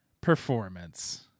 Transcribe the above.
performance